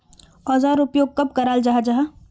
औजार उपयोग कब कराल जाहा जाहा?